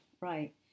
right